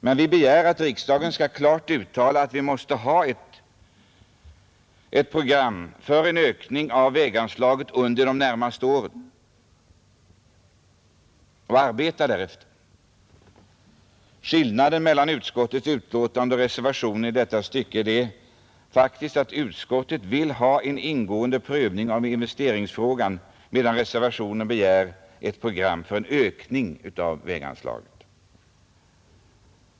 Men vi begär ändå att riksdagen skall klart uttala att det krävs ett program för en ökning av väganslaget under de närmaste åren och att man måste arbeta därefter. Skillnaden mellan utskottsmajoritetens förslag och reservationen 3 i detta stycke är faktiskt att utskottet vill ha en ingående prövning av investeringsfrågan, medan reservanterna begär ett program för en ökning av väganslagen.